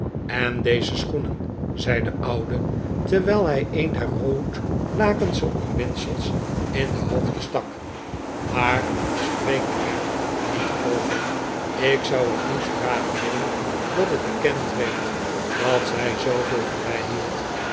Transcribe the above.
en deze schoenen zei de oude terwijl hij een der roodlakensche omwindsels in de hoogte stak maar spreek er niet over ik zou niet graag willen dat het bekend werd dat zij zooveel van mij hield